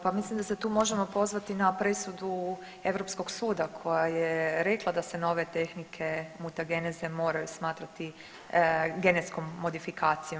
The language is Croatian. Pa mislim da se tu možemo pozvati na presudu Europskog suda koja je rekla da se nove tehnike mutageneze moraju smatrati genetskom modifikacijom.